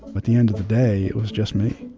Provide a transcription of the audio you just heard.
but the end of the day, it was just me